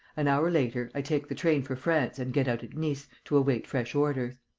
an hour later, i take the train for france and get out at nice, to await fresh orders.